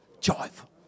joyful